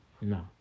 No